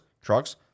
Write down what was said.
trucks